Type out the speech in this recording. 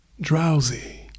drowsy